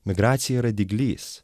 migracija yra dyglys